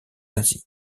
asie